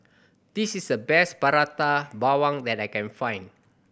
this is the best Prata Bawang that I can find